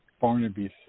Barnaby